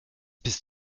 bist